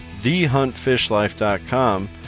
thehuntfishlife.com